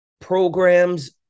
programs